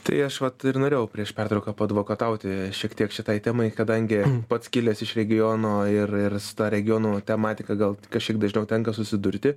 tai aš vat ir norėjau prieš pertrauką paadvokatauti šiek tiek šitai temai kadangi pats kilęs iš regiono ir ir su ta regionų tematika gal kažkiek dažniau tenka susidurti